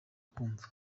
kumva